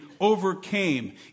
overcame